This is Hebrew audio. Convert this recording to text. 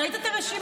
ראית את הרשימה?